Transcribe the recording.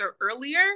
earlier